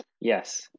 Yes